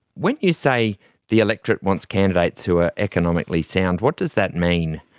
when you say the electorate wants candidates who are economically sound, what does that mean?